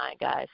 guys